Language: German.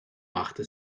machte